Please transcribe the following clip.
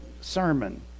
sermon